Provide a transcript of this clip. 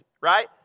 right